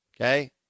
Okay